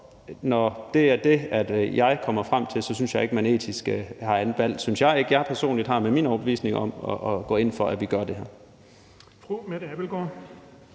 når det er det, jeg kommer frem til, synes jeg ikke, at jeg etisk har andet valg – det synes jeg ikke jeg personligt har med min overbevisning – end at gå ind for, at vi gør det her.